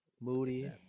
moody